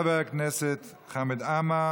חבר הכנסת חמד עמאר,